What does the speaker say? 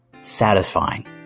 satisfying